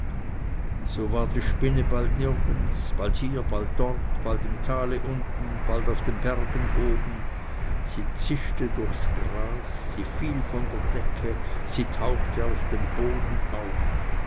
so war die spinne bald nirgends bald hier bald dort bald im tale unten bald auf den bergen oben sie zischte durchs gras sie fiel von der decke sie tauchte aus dem boden auf